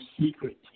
secret